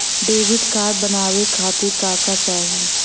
Debit card बनवावे खातिर का का चाही?